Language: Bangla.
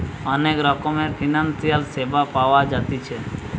অনেক রকমের ফিনান্সিয়াল সেবা পাওয়া জাতিছে